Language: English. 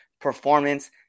performance